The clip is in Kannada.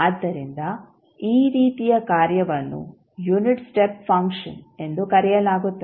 ಆದ್ದರಿಂದ ಈ ರೀತಿಯ ಕಾರ್ಯವನ್ನು ಯುನಿಟ್ ಸ್ಟೆಪ್ ಫಂಕ್ಷನ್ ಎಂದು ಕರೆಯಲಾಗುತ್ತದೆ